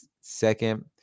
second